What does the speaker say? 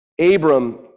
Abram